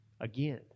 again